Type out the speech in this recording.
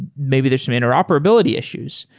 maybe there's some interoperability issues.